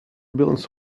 billions